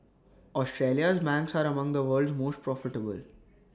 Australia's banks are among the world's most profitable